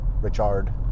Richard